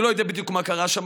אני לא יודע בדיוק מה קרה שם,